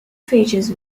features